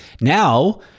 Now